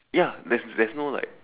ya that's that's no like